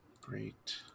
Great